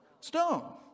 stone